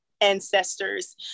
ancestors